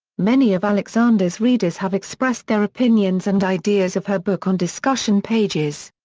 many of alexander's readers have expressed their opinions and ideas of her book on discussion pages.